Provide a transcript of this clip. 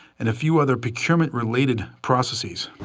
and a few other procurement-related processes.